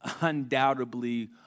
undoubtedly